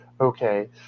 okay